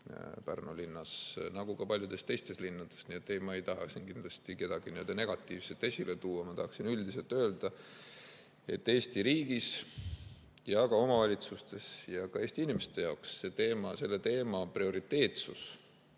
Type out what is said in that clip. päris palju, nagu ka paljudes teistes linnades. Nii et ei, ma ei taha siin kindlasti kedagi negatiivselt esile tuua, ma tahaksin üldiselt öelda, et Eesti riigis ja ka omavalitsustes ja ka Eesti inimeste jaoks on see teema ja selle teema prioriteetsus